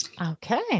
Okay